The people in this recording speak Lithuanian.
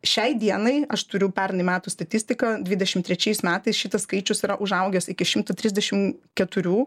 šiai dienai aš turiu pernai metų statistiką dvidešim trečiais metais šitas skaičius yra užaugęs iki šimto trisdešim keturių